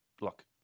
Look